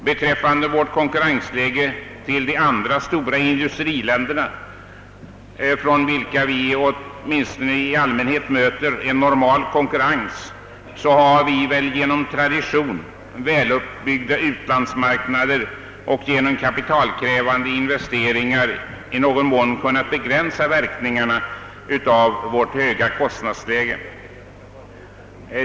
Beträffande vårt konkurrensläge till de andra stora industriländerna, från vilka vi åtminstone i allmänhet möter en normal konkurrens, har vi genom tradition, väluppbyggda utlandsmarknader och kapitalkrävande investeringar i någon mån kunnat begränsa verkningarna av vårt höga kostnadsläge.